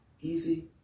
easy